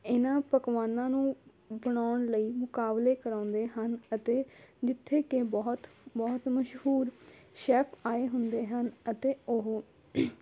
ਇਨ੍ਹਾਂ ਪਕਵਾਨਾਂ ਨੂੰ ਬਣਾਉਣ ਲਈ ਮੁਕਾਬਲੇ ਕਰਾਉਂਦੇ ਹਨ ਅਤੇ ਜਿੱਥੇ ਕਿ ਬਹੁਤ ਬਹੁਤ ਮਸ਼ਹੂਰ ਸ਼ੈੱਫ ਆਏ ਹੁੰਦੇ ਹਨ ਅਤੇ ਉਹ